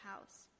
house